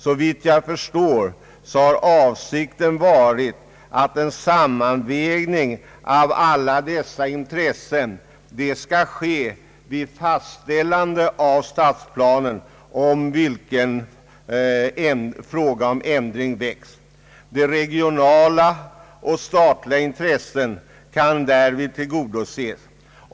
Meningen har, enligt mitt sätt att se, varit att en sammanvägning av alla dessa intressen skall ske vid fastställande av den stadsplan beträffande vilken fråga om ändring väckts. De regionala och statliga intressena kan därvid tillgodoses.